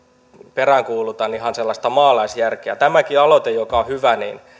peräänkuulutan ihan sellaista maalaisjärkeä tämäkin aloite joka on hyvä